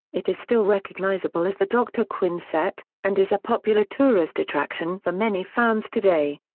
it is still recognizable as the dr. quinn set, and is a popular tourist attraction for many fans today.